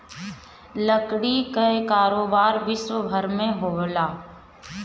लकड़ी कअ कारोबार विश्वभर में होला